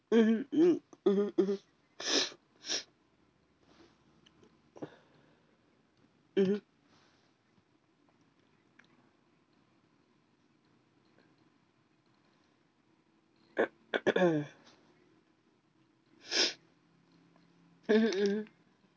mmhmm mm mmhmm mmhmm mmhmm mmhmm mmhmm